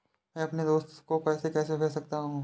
मैं अपने दोस्त को पैसे कैसे भेज सकता हूँ?